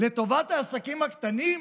טובת העסקים הקטנים?